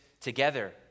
together